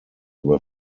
were